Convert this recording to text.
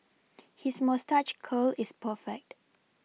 his moustache curl is perfect